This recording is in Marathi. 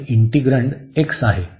आणि इंटिग्रन्ड x आहे